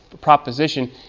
proposition